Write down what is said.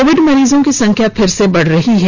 Covid मरीजों की संख्या फिर से बढ़ रही है